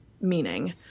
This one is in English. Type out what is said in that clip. meaning